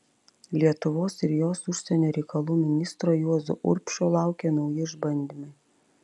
lietuvos ir jos užsienio reikalų ministro juozo urbšio laukė nauji išbandymai